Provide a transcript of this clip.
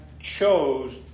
chose